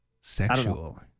Sexual